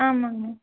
ஆமாம்ங்கண்ணா